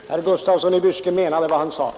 Herr talman! Herr Gustafsson i Byske menade vad han sade!